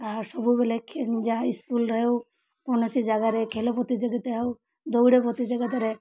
ଆଉ ସବୁବେଳେ ଯାହା ସ୍କୁଲ୍ରେ ହେଉ କୌଣସି ଜାଗାରେ ଖେଳ ପ୍ରତିଯୋଗିତା ହେଉ ଦୌଡ଼ା ପ୍ରତିଯୋଗିତାରେ